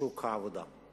בשוק העבודה.